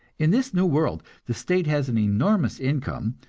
in this new world the state has an enormous income,